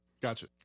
Gotcha